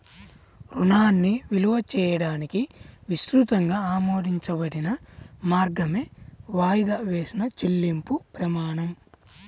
రుణాన్ని విలువ చేయడానికి విస్తృతంగా ఆమోదించబడిన మార్గమే వాయిదా వేసిన చెల్లింపు ప్రమాణం